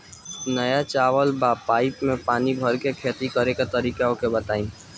नया चलल बा पाईपे मै पानी बहाके खेती के तरीका ओके बताई?